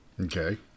Okay